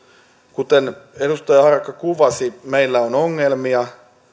kuten edustaja harakka kuvasi meillä on ongelmia